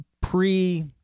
pre-